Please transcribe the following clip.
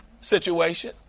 situation